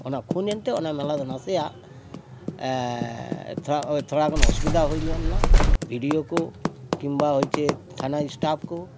ᱚᱱᱟ ᱠᱷᱩᱱᱮᱱᱛᱮ ᱚᱱᱟ ᱢᱮᱞᱟ ᱫᱚ ᱱᱟᱥᱮᱱᱟᱜ ᱛᱷᱚᱲᱟ ᱛᱷᱚᱲᱟ ᱜᱟᱱ ᱚᱥᱩᱵᱤᱫᱷᱟ ᱦᱩᱭ ᱧᱚᱜᱞᱮᱱᱟ ᱵᱤ ᱰᱤ ᱳ ᱠᱚ ᱠᱤᱢᱵᱟ ᱦᱚᱭᱪᱷᱮ ᱛᱷᱟᱱᱟ ᱥᱴᱟᱯᱷ ᱠᱚ